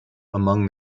among